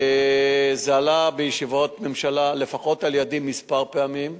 זה עלה בישיבות ממשלה, לפחות על-ידי, פעמים מספר,